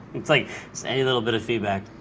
it's like send any little bit of feedback.